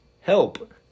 Help